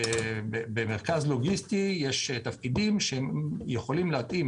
במרכז לוגיסטי יש תפקידים שיכולים להתאים